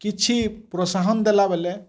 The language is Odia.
କିଛି ପ୍ରୋତ୍ସାହନ୍ ଦେଲାବେଲେ